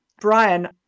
Brian